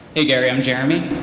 hey gary, i'm jeremy.